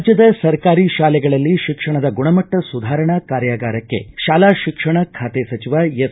ರಾಜ್ಯದ ಸರ್ಕಾರಿ ಶಾಲೆಗಳಲ್ಲಿ ಶಿಕ್ಷಣದ ಗುಣಮಟ್ಟ ಸುಧಾರಣಾ ಕಾರ್ಯಾಗಾರಕ್ಕೆ ಶಾಲಾ ಶಿಕ್ಷಣ ಖಾತೆ ಸಚಿವ ಎಸ್